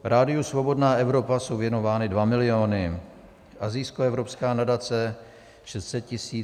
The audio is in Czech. Radiu Svobodná Evropa jsou věnovány 2 miliony, Asijskoevropská nadace 600 tisíc.